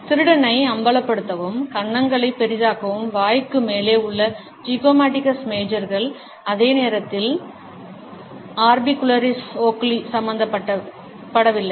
திருடனை அம்பலப்படுத்தவும் கன்னங்களை பெரிதாக்கவும் வாய்க்கு மேலே உள்ள ஜிகோமாடிகஸ் மேஜர்கள் அதே நேரத்தில் ஆர்பிகுலரிஸ் ஓக்குலி சம்பந்தப்படவில்லை